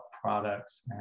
products